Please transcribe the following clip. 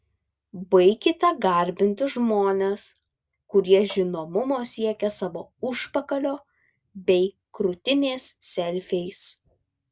baikite garbinti žmones kurie žinomumo siekia savo užpakalio bei krūtinės selfiais